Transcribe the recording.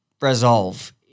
resolve